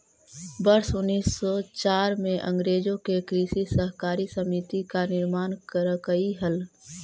वर्ष उनीस सौ चार में अंग्रेजों ने कृषि सहकारी समिति का निर्माण करकई हल